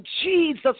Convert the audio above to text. Jesus